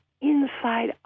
inside